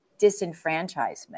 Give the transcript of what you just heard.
disenfranchisement